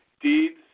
deeds